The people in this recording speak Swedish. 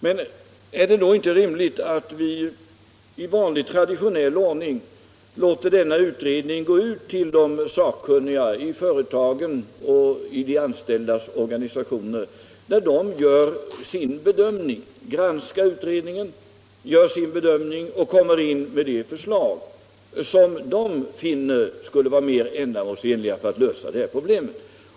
Men är det då inte rimligt att vi i vanlig traditionell ordning låter denna utredning gå ut till de sakkunniga i företagen och till de anställdas organisationer, så att de får granska utredningen och komma med de förslag som de finner skulle vara mera ändamålsenliga för att lösa det här problemet?